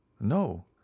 No